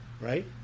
right